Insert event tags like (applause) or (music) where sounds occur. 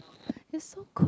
(noise) it's so